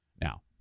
Now